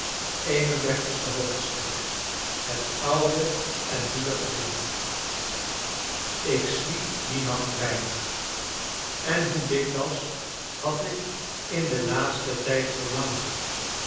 xxxi het oude en nieuwe gezin ik sliep dien nacht weinig en hoe dikwijls had ik in den laatsten tijd verlangd